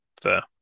fair